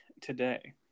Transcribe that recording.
today